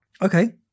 Okay